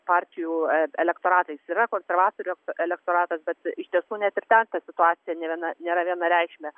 partijų elektoratas yra konservatorių elektoratas bet iš tiesų net ir ten ta situacija ne viena nėra vienareikšmė